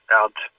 out